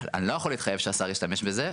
אני לא יכול להתחייב שהשר ישתמש בזה,